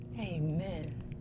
Amen